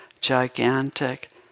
gigantic